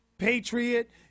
Patriot